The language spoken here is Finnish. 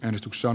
äänestyksen